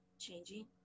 changing